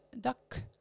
Duck